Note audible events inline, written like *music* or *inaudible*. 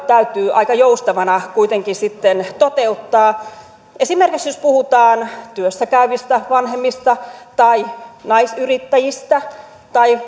*unintelligible* täytyy aika joustavina kuitenkin sitten toteuttaa esimerkiksi jos puhutaan työssä käyvistä vanhemmista tai naisyrittäjistä tai *unintelligible*